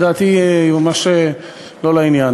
לדעתי היא ממש לא לעניין.